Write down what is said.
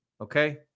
Okay